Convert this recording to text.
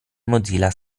mozilla